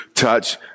touch